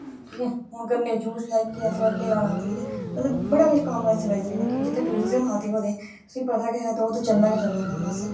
हून गन्ने दा जूस लैचै और केह् लैना ठीक ऐ बड़ा कुछ कम्म आस्ते अस चलाई सकने जित्थे टूरिजम आ दा होऐ तुसे गी पता गै है ओह् ते चलना गै चलना ऐ